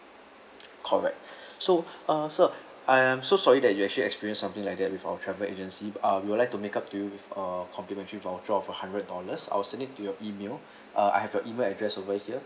correct so uh sir I am so sorry that you actually experience something like that with our travel agency uh we will like to make up to you with a complimentary voucher of a hundred dollars I will send it to your email uh I have your email address over here